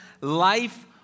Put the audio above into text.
Life